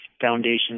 Foundation